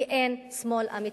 כי אין שמאל אמיתי,